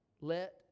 Let